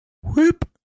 Whoop